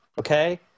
Okay